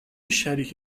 شریک